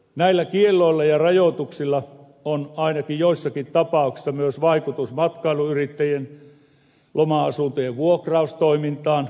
näillä kielloilla ja rajoituksilla on ainakin joissakin tapauksissa myös vaikutus matkailuyrittäjien loma asuntojen vuokraustoimintaan